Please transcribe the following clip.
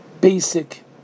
basic